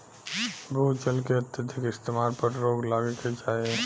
भू जल के अत्यधिक इस्तेमाल पर रोक लागे के चाही